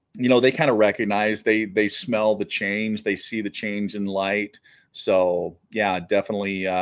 you know they kind of recognize they they smell the change they see the change in light so yeah definitely